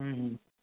हुँ हुँ